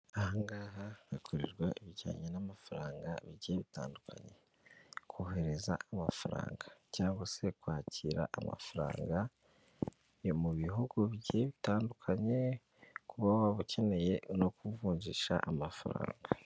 Aha ngaha, hakorerwa ibijyanye n'amafaranga bigiye bitandukanye. Kohereza amafaranga cyangwa se kwakira amafaranga yo mu bihugu bigiye bitandukanye, kuba waba ukeneye no kuvunjisha amafaranga.